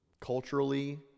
culturally